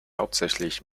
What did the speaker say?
hauptsächlich